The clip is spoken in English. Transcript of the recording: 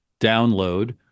download